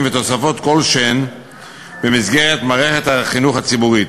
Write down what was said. ותוספות כלשהן במסגרת מערכת החינוך הציבורית.